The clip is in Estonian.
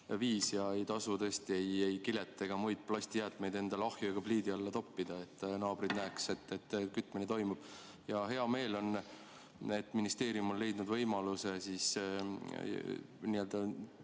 viis ja ei tasu tõesti ei kilet ega muid plastijäätmeid endale ahju ega pliidi alla toppida, et naabrid näeksid, et kütmine toimub. Ja hea meel on, et ministeerium on leidnud võimaluse teha meede